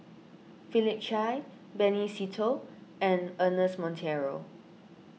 Philip Chia Benny Se Teo and Ernest Monteiro